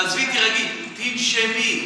תעזבי, תירגעי, תנשמי.